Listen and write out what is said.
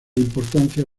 importancia